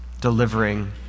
delivering